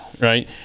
right